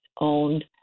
owned